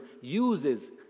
uses